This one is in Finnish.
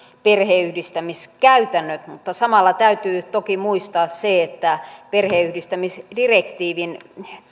perheenyhdistämiskäytännöt mutta samalla täytyy toki muistaa se että perheenyhdistämisdirektiivin